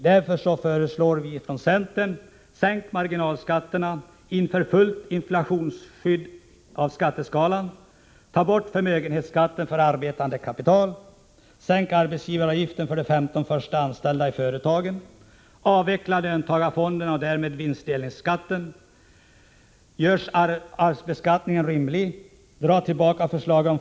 Därför föreslår centern: — Gör arvsbeskattningen rimlig.